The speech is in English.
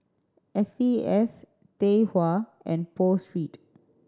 S C S Tai Hua and Pho Street